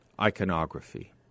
iconography